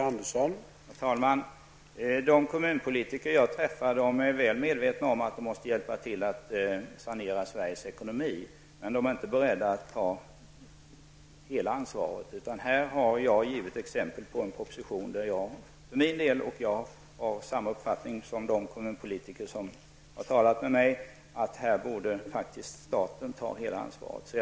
Herr talman! De kommunalpolitiker jag träffar är väl medvetna om att de måste hjälpa till att sanera Sveriges ekonomi, men de är inte beredda att ta hela ansvaret. Jag har här givit exempel på en proposition för vilken enligt min uppfattning staten borde ta hela ansvaret, och jag har i denna fråga samma uppfattning som de kommunalpolitiker som har talat med mig.